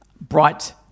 bright